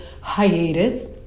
hiatus